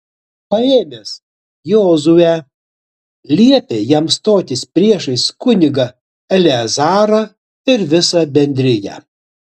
paėmęs jozuę liepė jam stotis priešais kunigą eleazarą ir visą bendriją